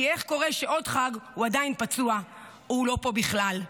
כי איך קורה שעוד חג הוא עדיין פצוע או הוא לא פה בכלל,